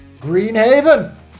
Greenhaven